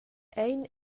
ein